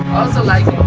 also like